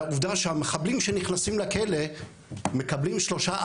לעובדה שהמחבלים שנכנסים לכלא מקבלים שלושה,